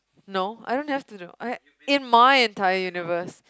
no I don't have to do uh in my entire universe